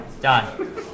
Done